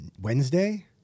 Wednesday